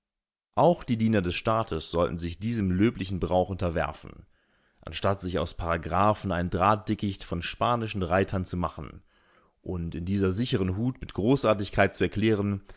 auch die diener des staates sollten sich diesem löblichen brauch unterwerfen anstatt sich aus paragraphen ein drahtdickicht von spanischen reitern zu machen und in dieser sicheren hut mit großartigkeit zu erklären